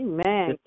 Amen